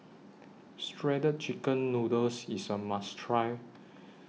Shredded Chicken Noodles IS A must Try